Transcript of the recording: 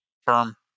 firm